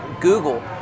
Google